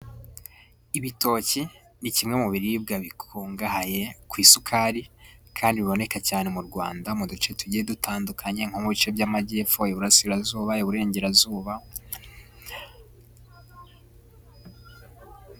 Ibitoki ni kimwe mu biribwa bikungahaye ku isukari, kandi biboneka cyane mu Rwanda mu duce tugiye dutandukanye, nko mu bice by'amajyepfo, iburarasirazuba, iburengerazuba...